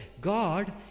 God